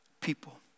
people